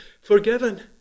forgiven